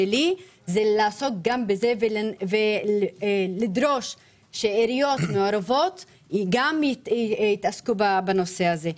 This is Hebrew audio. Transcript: זה לעסוק בזה ולדרוש שעיריות מעורבות יתעסקו בנושא הזה.